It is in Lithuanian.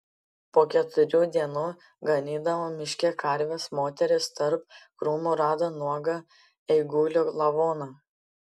po keturių dienų ganydama miške karves moteris tarp krūmų rado nuogą eigulio lavoną